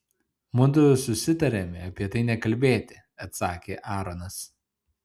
mudu susitarėme apie tai nekalbėti atsakė aaronas